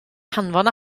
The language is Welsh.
hanfon